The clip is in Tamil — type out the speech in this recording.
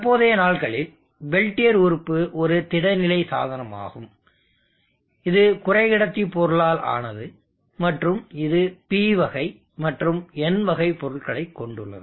தற்போதைய நாட்களில் பெல்டியர் உறுப்பு ஒரு திட நிலை சாதனமாகும் இது குறைக்கடத்தி பொருளால் ஆனது மற்றும் இது P வகை மற்றும் N வகை பொருட்களைக் கொண்டுள்ளது